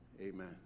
amen